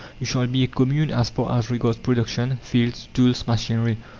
you shall be a commune as far as regards production fields, tools, machinery,